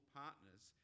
partners